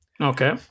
okay